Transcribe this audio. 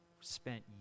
spent